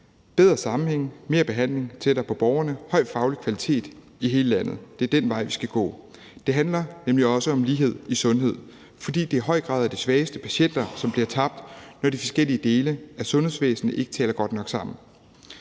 Bedre sammenhænge, mere behandling tættere på borgerne, høj faglig kvalitet i hele landet: Det er den vej, vi skal gå. Det handler nemlig også om lighed i sundhed, fordi det i høj grad er de svageste patienter, som bliver tabt, når de forskellige dele af sundhedsvæsenet ikke taler godt nok sammen.